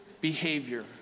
behavior